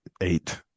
eight